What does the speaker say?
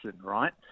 right